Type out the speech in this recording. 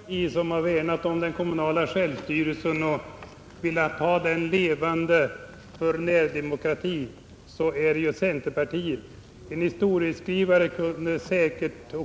Herr talman! Om det är något parti som har värnat om den kommunala självstyrelsen och velat ha den levande för närdemokratin, så är det centerpartiet. En historieskrivare